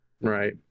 Right